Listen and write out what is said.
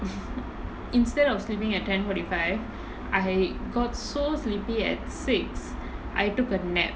instead of sleeping at ten forty five I got so sleepy at six I took a nap